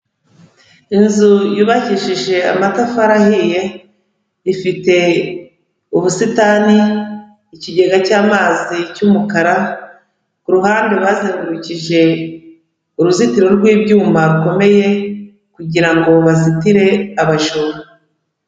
Inzu yubakishije amatafari ahiye, ifite ubusitani, ikigega cy'amazi cy'umukara, ku ruhande bazengurukije uruzitiro rw'ibyuma rukomeye kugira ngo bazitire abajura.